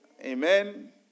Amen